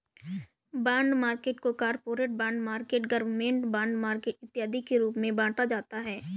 bond market को corporate bond market government bond market इत्यादि के रूप में बांटा जाता है